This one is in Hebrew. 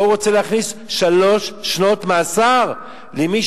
פה הוא רוצה להכניס שלוש שנות מאסר למי